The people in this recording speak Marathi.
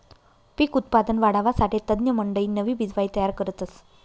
पिक उत्पादन वाढावासाठे तज्ञमंडयी नवी बिजवाई तयार करतस